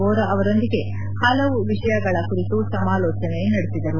ವೋರಾ ಅವರೊಂದಿಗೆ ಹಲವು ವಿಷಯಗಳ ಕುರಿತು ಸಮಾಲೋಚನೆ ನಡೆಸಿದರು